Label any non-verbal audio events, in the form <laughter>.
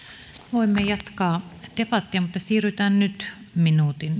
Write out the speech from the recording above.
voimme jatkaa debattia mutta siirrytään nyt minuutin <unintelligible>